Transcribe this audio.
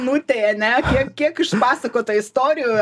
nutėj ane kiek kiek išpasakota istorijų